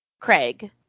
Craig